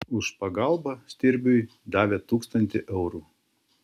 už pagalbą stirbiui davė tūkstantį eurų